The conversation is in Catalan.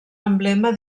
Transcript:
emblema